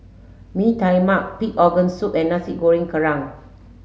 Mee Tai Mak pig organ soup and Nasi Goreng Kerang